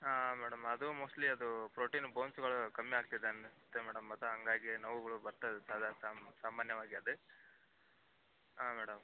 ಹಾಂ ಮೇಡಮ್ ಅದು ಮೊಸ್ಟ್ಲಿ ಅದು ಪ್ರೋಟೀನ್ ಬೋನ್ಸುಗಳು ಕಮ್ಮಿ ಆಗ್ತಿದೆ ಅನಿಸ್ತಿದೆ ಮೇಡಮ್ ಅದು ಹಾಗಾಗಿ ನೋವುಗಳು ಬರ್ತಾವೆ ಸಾಧಾರಣ ಸಾಮಾನ್ಯವಾಗಿ ಅದೇ ಹಾಂ ಮೇಡಮ್